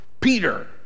Peter